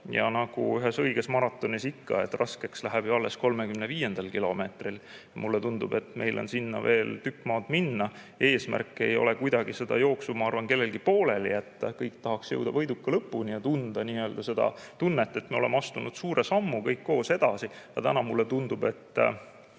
Ja nagu ühes õiges maratonis ikka, läheb raskeks alles 35. kilomeetril. Mulle tundub, et meil on sinna veel tükk maad minna, eesmärk ei ole kuidagi seda jooksu, ma arvan, kellelgi pooleli jätta, kõik tahaksid jõuda võiduka lõpuni ja tunda seda tunnet, et me oleme astunud suure sammu kõik koos edasi. Aga täna mulle tundub, et